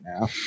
now